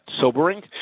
sobering